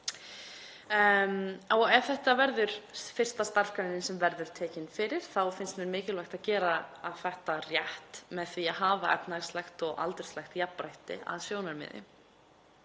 En ef þetta verður fyrsta starfsgreinin sem verður tekin fyrir þá finnst mér mikilvægt að gera þetta rétt með efnahagslegt og aldurslegt jafnrétti að sjónarmiði.